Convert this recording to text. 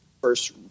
first